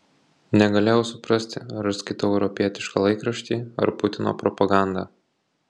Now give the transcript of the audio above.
negalėjau suprasti ar aš skaitau europietišką laikraštį ar putino propagandą